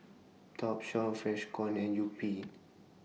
Topshop Freshkon and Yupi